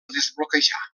desbloquejar